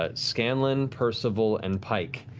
ah scanlan, percival, and pike,